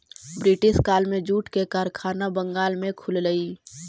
British काल में jute के कारखाना बंगाल में खुललई